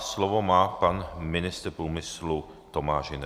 Slovo má pan ministr průmyslu Tomáš Hüner.